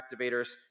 activators